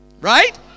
right